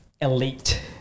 elite